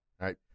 right